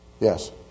Yes